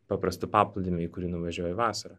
paprastu paplūdimiu į kurį nuvažiuoju vasarą